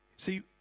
See